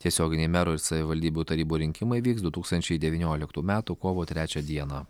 tiesioginiai merų ir savivaldybių tarybų rinkimai vyks du tūkstančiai devynioliktų metų kovo trečią dieną